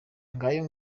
ngayo